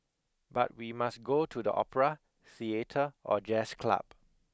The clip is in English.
but we must go to the opera theatre or jazz club